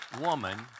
woman